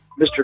Mr